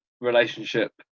relationship